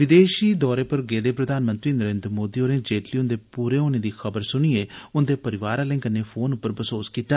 विदेश दौरे पर गेदे प्रधानमंत्री नरेन्द्र मोदी होरें जेटली हन्दे पूरे होने दी खबर सुनियै उन्दे परिवार आलें कन्नै फोन पर बसोस कीता